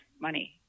money